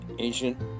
Ancient